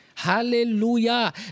Hallelujah